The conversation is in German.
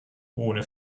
ohne